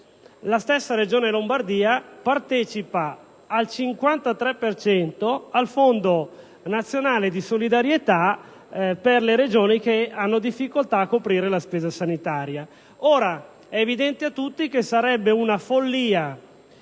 La stessa Regione partecipa al 53 per cento al Fondo nazionale di solidarietà per le Regioni che hanno difficoltà a coprire la spesa sanitaria. È evidente a tutti che sarebbe una follia